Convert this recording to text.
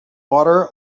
water